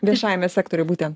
viešajame sektory būtent